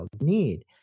need